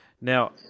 Now